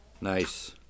Nice